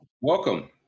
Welcome